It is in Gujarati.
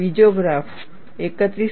બીજો ગ્રાફ 31